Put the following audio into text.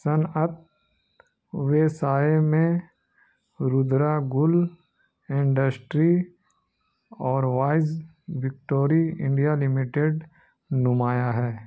صنعت ویسائے میں رودرا گل انڈسٹری اور وائز وکٹوری انڈیا لمیٹیڈ نمایاں ہے